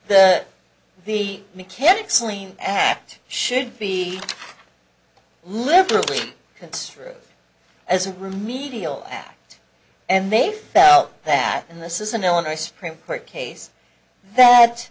g the mechanic's lien act should be liberally construed as a remedial act and they felt that in this is an illinois supreme court case that